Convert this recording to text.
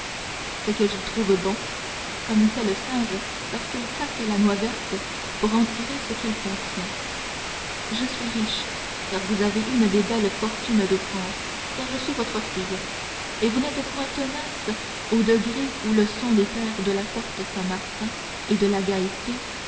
ce que j'y trouve de bon comme fait le singe lorsqu'il casse la noix verte pour en tirer ce qu'elle contient je suis riche car vous avez une des belles fortunes de france car je suis votre fille unique et vous n'êtes point tenace au degré où le sont les pères de la porte-saint-martin et de la